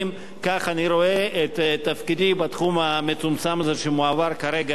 כך אני רואה את תפקידי בתחום המצומצם הזה שמועבר כרגע אלי.